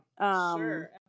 Sure